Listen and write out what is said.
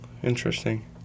Interesting